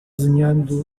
desenhando